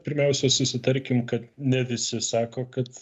pirmiausia susitarkim kad ne visi sako kad